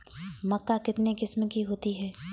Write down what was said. मक्का कितने किस्म की होती है?